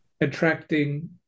attracting